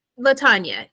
Latanya